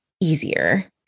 easier